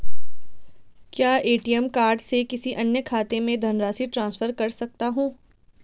क्या ATM card से किसी अन्य खाते में धनराशि ट्रांसफर कर सकता हूँ?